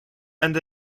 and